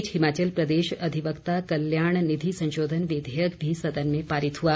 इस बीच हिमाचल प्रदेश अधिवक्ता कल्याण निधि संशोधन विधेयक भी सदन में पारित हुआ